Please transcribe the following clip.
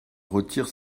retire